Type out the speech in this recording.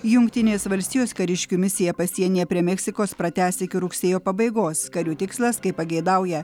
jungtinės valstijos kariškių misiją pasienyje prie meksikos pratęs iki rugsėjo pabaigos karių tikslas kaip pageidauja